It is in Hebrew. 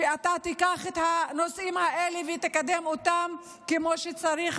שאתה תיקח את הנושאים האלה ותקדם אותם כמו שצריך,